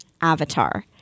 avatar